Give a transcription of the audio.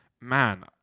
man